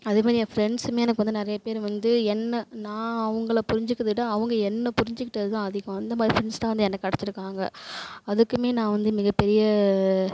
அதே மாரி என் ஃப்ரெண்ட்ஸுமே எனக்கு வந்து நிறைய பேர் வந்து என்ன நான் அவங்கள புரிஞ்சிக்கிறதைவிட அவங்க என்ன புரிஞ்சிக்கிட்டது தான் அதிகம் அந்த மாதிரி ஃப்ரெண்ட்ஸ் தான் வந்து எனக்கு கிடைச்சிருக்காங்க அதுக்குமே நான் வந்து மிகப்பெரிய